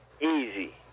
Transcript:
Easy